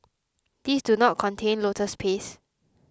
these do not contain lotus paste